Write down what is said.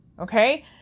Okay